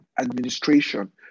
administration